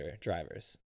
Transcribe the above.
drivers